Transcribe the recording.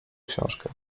książkę